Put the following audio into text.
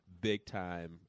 big-time